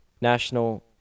National